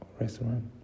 restaurant